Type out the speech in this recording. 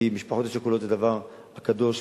כי המשפחות השכולות זה דבר קדוש,